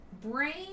brain